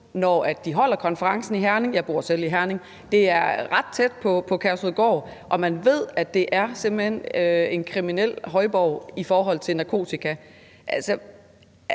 når de holder konferencer i Herning. Jeg bor selv i Herning. Det er ret tæt på Kærshovedgård, og man ved, at det simpelt hen er en kriminel højborg i forhold til narkotika.